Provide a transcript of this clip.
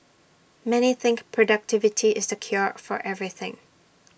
many think productivity is the cure for everything